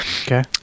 Okay